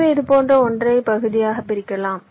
எனவே இது போன்ற ஒன்றை பகுதியாக பிரிக்கலாம்